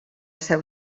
seu